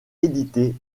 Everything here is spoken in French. édité